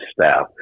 staff